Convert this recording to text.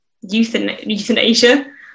euthanasia